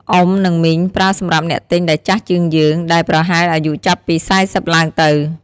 “អ៊ុំ” និង “មីង” ប្រើសម្រាប់អ្នកទិញដែលចាស់ជាងយើង ដែលប្រហែលអាយុចាប់ពី ៤០ ឡើងទៅ។